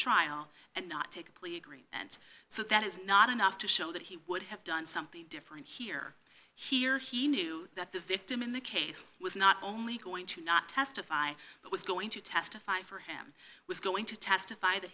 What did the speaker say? trial and not take plea agreements so that is not enough to show that he would have done something different here here he knew that the victim in the case was not only going to not testify but was going to testify for him was going to testify that